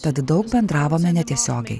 tad daug bendravome netiesiogiai